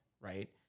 right